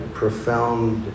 profound